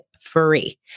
free